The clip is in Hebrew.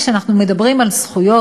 כשאנחנו מדברים על זכויות,